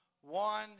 one